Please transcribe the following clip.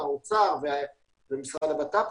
האוצר ומשרד לביטחון הפנים,